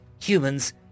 humans